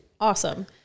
Awesome